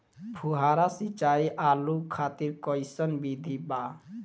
फुहारा सिंचाई आलू खातिर कइसन विधि बा?